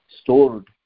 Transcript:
stored